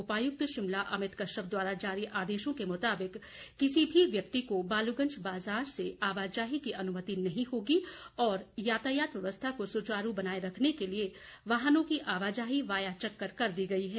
उपायुक्त शिमला अमित कश्यप द्वारा जारी आदेशों के मुताबिक किसी भी व्यक्ति को बालूगंज बाजार से आवाजाही की अनुमति नहीं होगी और यातायात व्यवस्था को सुचारू बनाये रखने के लिए वाहनों की आवाजाही वाया चक्कर कर दी गई है